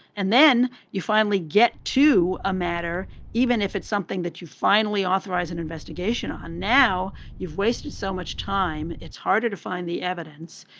and then you finally get to a matter even if it's something that you finally authorize an investigation on now you've wasted so much time. it's harder to find the evidence.